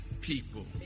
people